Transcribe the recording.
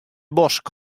bosk